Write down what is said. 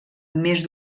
més